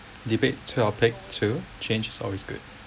debate topic two change is always good